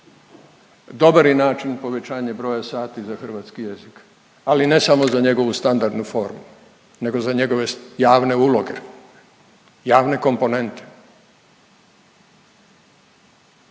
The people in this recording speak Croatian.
dobar je način povećanje broja sati za hrvatski jezik, ali ne samo za njegovu standardnu formu nego za njegove javne uloge, javne komponente.